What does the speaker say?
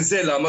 וזה למה?